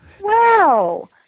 Wow